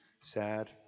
sad